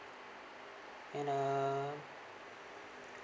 and uh